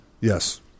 Yes